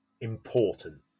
important